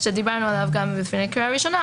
שדיברנו עליה גם לפני הקריאה הראשונה,